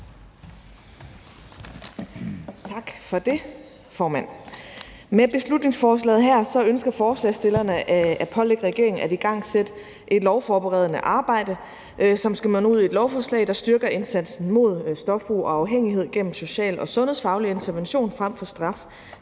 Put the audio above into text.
Tak for det, formand. Med beslutningsforslaget her ønsker forslagsstillerne at pålægge regeringen at igangsætte et lovforberedende arbejde, som skal munde ud i et lovforslag, der styrker indsatsen mod stofbrug og afhængighed gennem social- og sundhedsfaglig intervention frem for straf